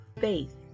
faith